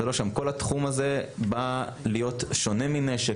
כל התחום הזה בא להיות שונה מנשק,